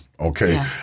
Okay